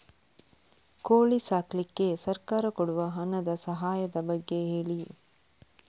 ಕೋಳಿ ಸಾಕ್ಲಿಕ್ಕೆ ಸರ್ಕಾರ ಕೊಡುವ ಹಣದ ಸಹಾಯದ ಬಗ್ಗೆ ಹೇಳಿ